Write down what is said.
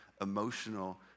emotional